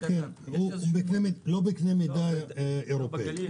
הוא לא בקנה מידה אירופי.